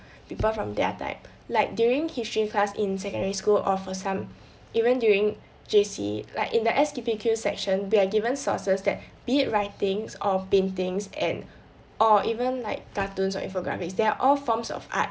people from their time like during history class in secondary school or for some even during J_C like in the section we are given sources that be it writings or paintings and or even like cartoons or infographics they're all forms of art